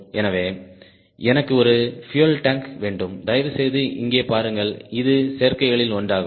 எனவே எனக்கு ஒரு பியூயல் டாங்க் வேண்டும் தயவுசெய்து இங்கே பாருங்கள் இது சேர்க்கைகளில் ஒன்றாகும்